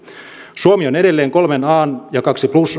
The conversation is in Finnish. suomi on edelleen kolmen an ja aa plus